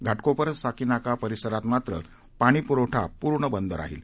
घाटकोपर साकीनाका परिसरात मात्र पाणी पुरवठा पुर्ण बंद राहिल